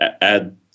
add